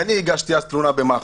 אני הגשתי אז תלונה במח"ש.